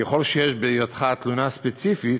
ככל שיש בידך תלונה ספציפית,